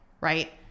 right